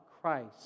Christ